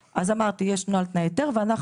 יש דוח רבעוני שהם מגישים אלינו ואנחנו